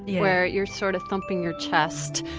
where you're sort of thumping your chest.